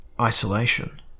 isolation